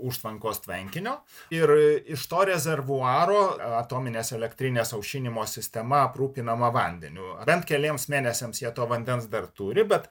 užtvankos tvenkinio ir iš to rezervuaro atominės elektrinės aušinimo sistema aprūpinama vandeniu bent keliems mėnesiams jie to vandens dar turi bet